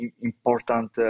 important